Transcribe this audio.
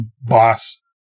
boss